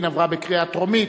התשע"ב 2012,